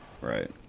right